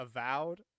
Avowed